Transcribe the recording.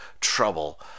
trouble